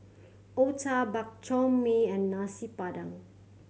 otah Bak Chor Mee and Nasi Padang